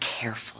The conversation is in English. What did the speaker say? careful